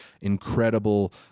incredible